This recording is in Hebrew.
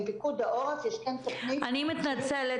עם פיקוד העורף יש תוכנית --- אני מתנצלת,